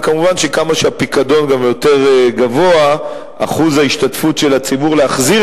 ומובן שככל שהפיקדון יותר גבוה אחוז ההשתתפות של הציבור בהחזרת